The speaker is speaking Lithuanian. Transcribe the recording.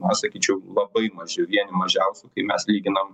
na sakyčiau labai maži vieni mažiausių kai mes lyginam